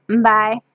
Bye